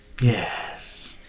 Yes